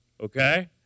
okay